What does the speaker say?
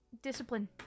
Discipline